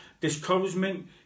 Discouragement